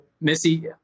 Missy